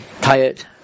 tired